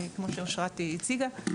כמו שאשרת הציגה,